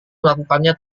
melakukannya